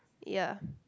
ya